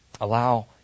Allow